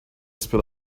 spit